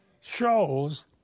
shows